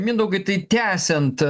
mindaugai tai tęsiant